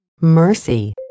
mercy